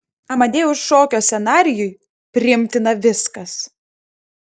amadeus šokio scenarijui priimtina viskas